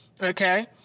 Okay